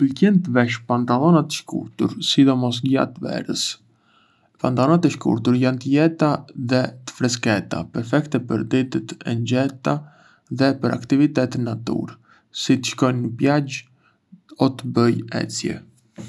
Më pëlqen të vesh pantalona të shkurtër, sidomos gjatë verës. Pantalonat e shkurtër janë të lehta dhe të freskëta, perfekte për ditët e nxehta dhe për aktivitete në natyrë, si të shkoj në plazh o të bëj ecje.